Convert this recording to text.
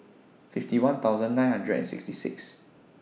fifty one thousand nine hundred and sixty six